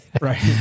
right